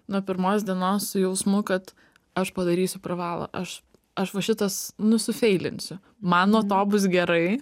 nuo pirmos dienos su jausmu kad aš padarysiu pravalą aš aš va šitas nu sufeilinsiu man nuo to bus gerai